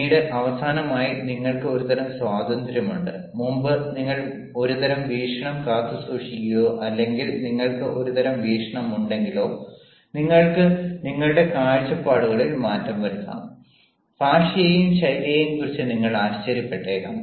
പിന്നീട് അവസാനമായി നിങ്ങൾക്ക് ഒരുതരം സ്വാതന്ത്ര്യമുണ്ട് മുമ്പ് നിങ്ങൾ ഒരുതരം വീക്ഷണം കാത്തുസൂക്ഷിക്കുകയോ അല്ലെങ്കിൽ നിങ്ങൾക്ക് ഒരുതരം വീക്ഷണം ഉണ്ടെങ്കിലോ നിങ്ങൾക്ക് നിങ്ങളുടെ കാഴ്ചപ്പാടുകളിൽ മാറ്റം വരുത്താം ഭാഷയെയും ശൈലിയെയും കുറിച്ച് നിങ്ങൾ ആശ്ചര്യപ്പെട്ടേക്കാം